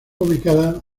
ubicada